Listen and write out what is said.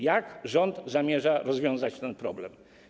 Jak rząd zamierza rozwiązać ten problem?